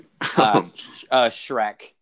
Shrek